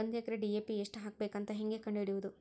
ಒಂದು ಎಕರೆಗೆ ಡಿ.ಎ.ಪಿ ಎಷ್ಟು ಹಾಕಬೇಕಂತ ಹೆಂಗೆ ಕಂಡು ಹಿಡಿಯುವುದು?